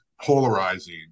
polarizing